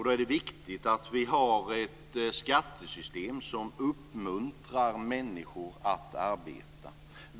Då är det viktigt att vi har ett skattesystem som uppmuntrar människor att arbeta.